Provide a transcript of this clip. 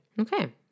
Okay